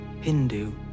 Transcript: Hindu